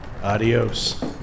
Adios